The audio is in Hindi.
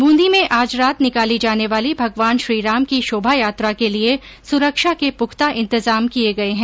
ब्रंदी में आज रात निकाली जाने वाली भगवान श्रीराम की शोभायात्रा के लिये सुरक्षा के पुख्ता इंतजाम किये गये हैं